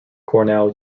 cornell